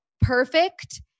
perfect